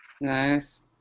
nice